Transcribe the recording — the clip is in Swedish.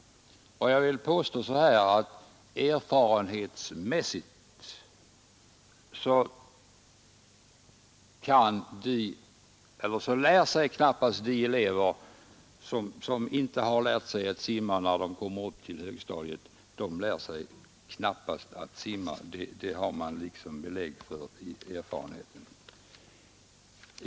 Vad jag vill påstå är att de elever som inte lärt sig simma när de kommit upp på högstadiet knappast heller någonsin lär sig att göra det. Detta finns det erfarenhetsmässigt belägg för.